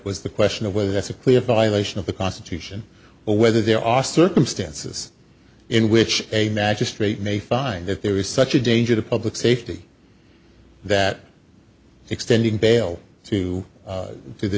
was the question of whether that's a clear violation of the constitution or whether there are circumstances in which a magistrate may find that there is such a danger to public safety that extending bail to to the